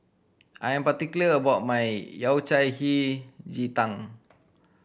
I am particular about my Yao Cai Hei Ji Tang